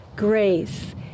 grace